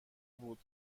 بود